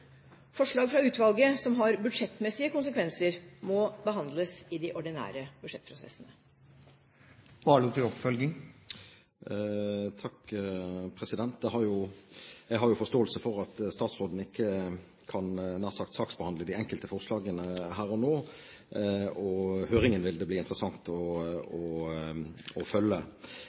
Forslag fra utvalget som har budsjettmessige konsekvenser, må behandles i de ordinære budsjettprosessene. Jeg har forståelse for at statsråden ikke kan saksbehandle de enkelte forslagene her og nå, og det vil bli interessant å